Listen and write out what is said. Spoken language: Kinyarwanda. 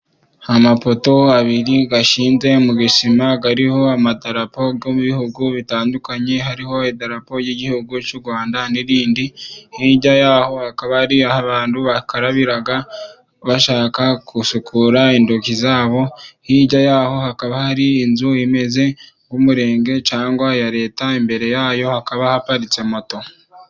Amapoto abiri ashinze mu gisima ariho amadarapo yo mu bihugu bitandukanye hariho idarapo ry'Igihugu cy'u Rwanda, n'irindi hirya yaho hakaba ari abantu bakarabira bashaka gusukura intoki zabo. Hirya yaho hakaba hari inzu imeze nk'umurenge cyangwa iya Leta imbere yayo hakaba haparitse moto.